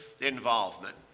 involvement